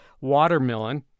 watermelon